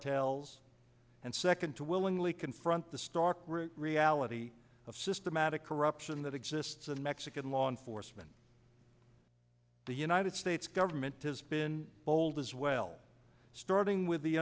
els and second to willingly confront the stark reality of systematic corruption that exists in mexican law enforcement the united states government has been told as well starting with the